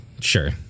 sure